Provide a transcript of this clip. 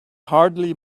hardly